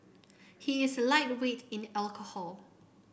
he is a lightweight in the alcohol